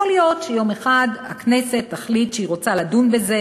יכול להיות שיום אחד הכנסת תחליט שהיא רוצה לדון בזה.